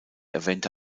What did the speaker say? erwähnte